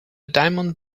diamond